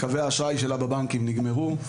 קווי האשראי שלה בבנקים נגמרו.